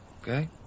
okay